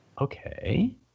okay